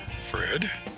Fred